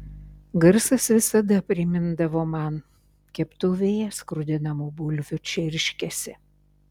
garsas visada primindavo man keptuvėje skrudinamų bulvių čirškesį